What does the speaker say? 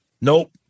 Nope